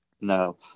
No